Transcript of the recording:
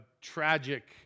tragic